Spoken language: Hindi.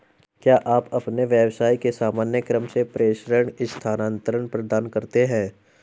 क्या आप अपने व्यवसाय के सामान्य क्रम में प्रेषण स्थानान्तरण प्रदान करते हैं?